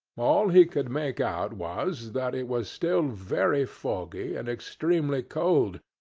all he could make out was, that it was still very foggy and extremely cold,